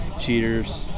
cheaters